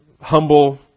humble